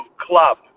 club